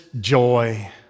joy